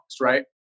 right